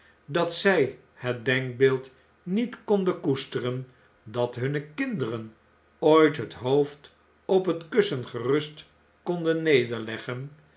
dat zij het denkbeeld niet konden koesteren dat hunne kinderen ooit het hoofd op het kussen gerust konden nederleggen